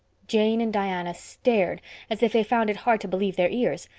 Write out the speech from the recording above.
jane and diana stared as if they found it hard to believe their ears.